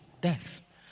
death